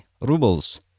rubles